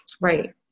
Right